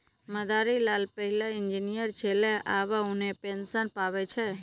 मदारी लाल पहिलै इंजीनियर छेलै आबे उन्हीं पेंशन पावै छै